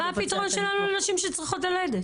מה הפתרון שלנו לנשים שצריכות ללדת.